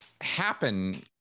happen